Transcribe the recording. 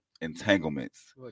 entanglements